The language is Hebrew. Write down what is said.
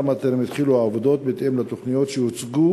3. למה טרם התחילו העבודות בהתאם לתוכניות שהוצגו